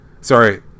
sorry